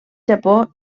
japó